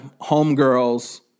Homegirls